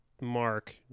Mark